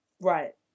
Right